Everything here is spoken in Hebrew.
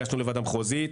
הגשנו לוועדה המחוזית,